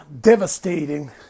devastating